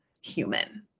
human